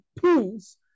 peace